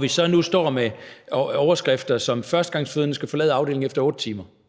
Vi står så nu med de her overskrifter: »Førstegangsfødende skal nu forlade afdelingen efter otte timer«,